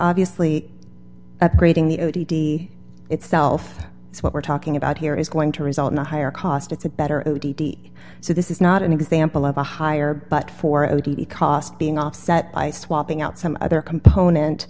obviously upgrading the o d t itself is what we're talking about here is going to result in a higher cost it's a better o d d so this is not an example of a higher but for o t cost being offset by swapping out some other component